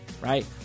right